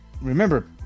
remember